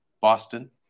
Boston